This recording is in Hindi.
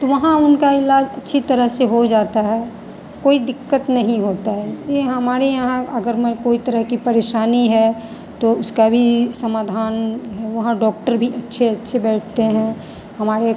तो वहाँ उनका इलाज अच्छी तरह से हो जाता है कोई दिक्कत नहीं होता है ऐसे हमारे यहाँ अगर कोई तरह की परेशानी है तू उसका भी समाधान वहाँ डॉक्टर भी अच्छे अच्छे बैठते हैं